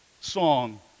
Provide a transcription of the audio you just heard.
song